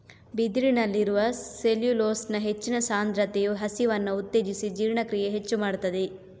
ಬಿದಿರಿನಲ್ಲಿರುವ ಸೆಲ್ಯುಲೋಸ್ನ ಹೆಚ್ಚಿನ ಸಾಂದ್ರತೆಯು ಹಸಿವನ್ನ ಉತ್ತೇಜಿಸಿ ಜೀರ್ಣಕ್ರಿಯೆ ಹೆಚ್ಚು ಮಾಡ್ತದೆ